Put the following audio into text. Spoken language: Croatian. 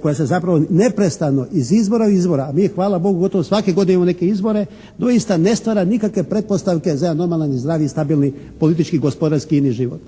koja se zapravo neprestano iz izbora do izbora, a mi hvala Bogu gotovo svake godine imamo neke izbore, doista ne stvara nikakve pretpostavke za jedan normalan i zdravi i stabilni politički, gospodarski i ini život.